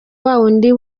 wawundi